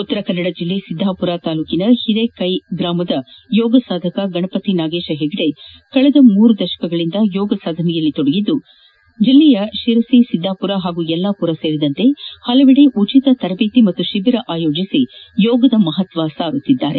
ಉತ್ತರ ಕನ್ನಡ ಜಿಲ್ಲೆ ಸಿದ್ದಾಮರ ತಾಲೂಕಿನ ಓರೆಕೈ ಗ್ರಾಮದ ಯೋಗ ಸಾಧಕ ಗಣಪತಿ ನಾಗೇಶ ಪೆಗಡೆ ಕಳೆದ ಮೂರು ದಶಕಗಳಿಂದ ಯೋಗ ಸಾಧನೆಯಲ್ಲಿ ಕೊಡಗಿಕೊಂಡಿದ್ದು ಜಿಲ್ಲೆಯ ಶಿರಸಿ ಸಿದ್ದಾಮರ ಪಾಗೂ ಯಲ್ಲಾಮರ ಸೇರಿದಂತೆ ಪಲವೆಡೆ ಉಚಿತ ತರಬೇತಿ ಪಾಗೂ ಶಿವಿರ ಆಯೋಜಿಸಿ ಯೋಗದ ಮಪತ್ವ ಸಾರುತ್ತಿದ್ದಾರೆ